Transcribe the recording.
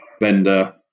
vendor